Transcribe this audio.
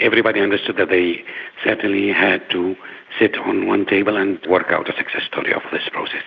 everybody understood that they certainly had to sit on one table and work out a success story of this process.